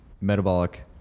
metabolic